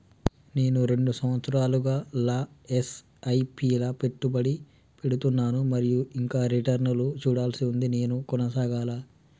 నేను రెండు సంవత్సరాలుగా ల ఎస్.ఐ.పి లా పెట్టుబడి పెడుతున్నాను మరియు ఇంకా రిటర్న్ లు చూడాల్సి ఉంది నేను కొనసాగాలా?